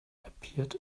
appeared